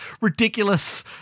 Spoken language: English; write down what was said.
ridiculous